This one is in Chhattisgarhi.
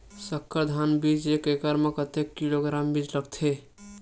संकर धान बीज एक एकड़ म कतेक किलोग्राम बीज लगथे?